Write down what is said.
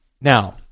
now